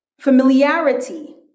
Familiarity